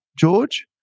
George